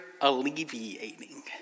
alleviating